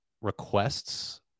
requests